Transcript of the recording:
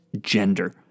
gender